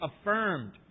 affirmed